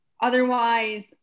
Otherwise